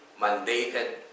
mandated